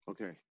Okay